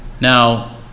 Now